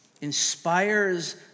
inspires